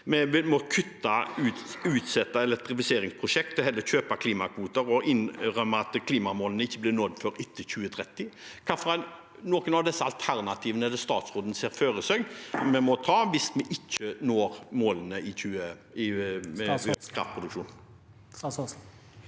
Vi må kutte/utsette elektrifiseringsprosjekter, heller kjøpe klimakvoter og innrømme at klimamålene ikke blir nådd før etter 2030. Hvilke av disse alternativene er det statsråden ser for seg hvis vi ikke når målene med økt kraftproduksjon?